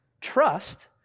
trust